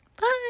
bye